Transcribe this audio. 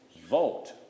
vote